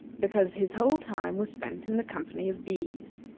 because his whole time was spent in the company of bees.